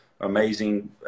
amazing